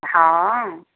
हँ